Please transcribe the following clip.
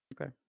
Okay